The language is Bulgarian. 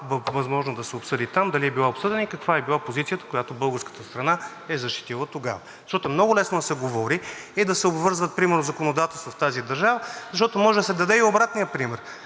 възможно да се обсъди там, дали е била обсъдена и каква е била позицията, каквато българската страна е защитила тогава. Защото е много лесно да се говори и да се обвързват примерно законодателството в тази държава, защото може да се даде и обратният пример.